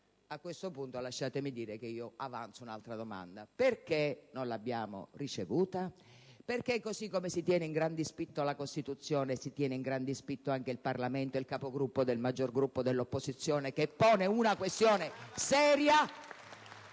A questo punto avanzo un'altra domanda. Per quale motivo non l'abbiamo ricevuta? Perché così come si tiene «in gran dispitto» la Costituzione, si tiene «in gran dispitto» anche il Parlamento e il Capogruppo del maggior Gruppo dell'opposizione che pone una questione seria.